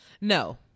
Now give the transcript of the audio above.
no